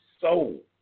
soul